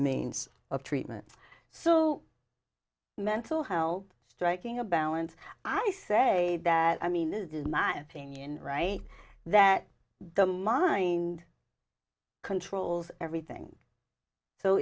means of treatment so mental how striking a balance i say that i mean it is my opinion right that the mind controls everything so